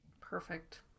Perfect